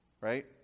right